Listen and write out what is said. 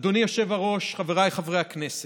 אדוני היושב-ראש, חבריי חברי הכנסת,